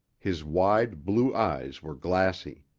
his wide, blue eyes were glassy.